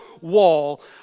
wall